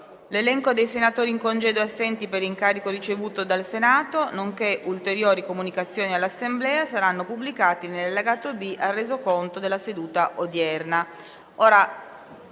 L'elenco dei senatori in congedo e assenti per incarico ricevuto dal Senato, nonché ulteriori comunicazioni all'Assemblea saranno pubblicati nell'allegato B al Resoconto della seduta odierna.